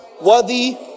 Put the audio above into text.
worthy